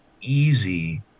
easy